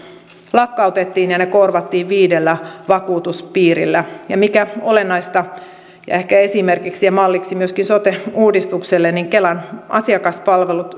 lakkautettiin ja ne korvattiin viidellä vakuutuspiirillä ja mikä olennaista ja ehkä esimerkiksi ja malliksi myöskin sote uudistukselle kelan asiakaspalvelut